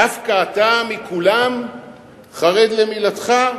דווקא אתה מכולם חרד למילתך?